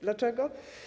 Dlaczego?